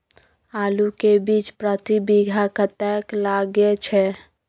आलू के बीज प्रति बीघा कतेक लागय छै?